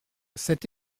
cet